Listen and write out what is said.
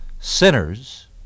sinners